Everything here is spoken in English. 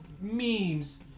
memes